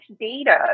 data